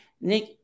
Nick